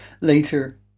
Later